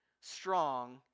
strong